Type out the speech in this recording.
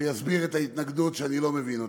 ויסביר את ההתנגדות, ואני לא מבין אותה.